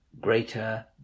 greater